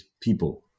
people